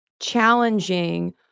challenging